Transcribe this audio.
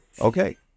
Okay